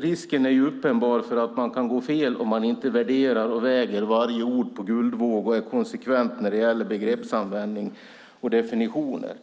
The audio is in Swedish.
Risken är uppenbar att man kan gå fel om man inte värderar och väger varje ord på guldvåg och är konsekvent när det gäller begreppsanvändning och definitioner.